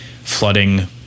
flooding